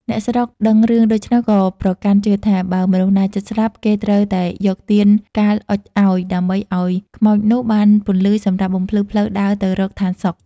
អ្នកស្រុកដឹងរឿងដូច្នោះ ក៏ប្រកាន់ជឿថា "បើមនុស្សណាជិតស្លាប់ គេត្រូវតែយកទានកាលអុជឲ្យ ដើម្បីឲ្យខ្មោចនោះបានពន្លឺសម្រាប់បំភ្លឺផ្លូវដើរទៅរកឋានសុខ" ។